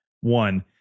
One